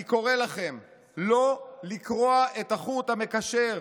אני קורא לכם לא לקרוע את החוט המקשר,